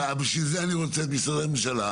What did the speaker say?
בגלל זה אני רוצה לשמוע את משרדי הממשלה.